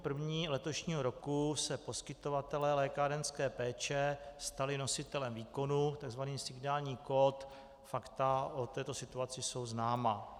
K 1. 1. letošního roku se poskytovatelé lékárenské péče stali nositelem výkonu, takzvaný signální kód, fakta o této situaci jsou známá.